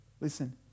Listen